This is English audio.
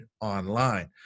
online